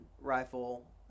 rifle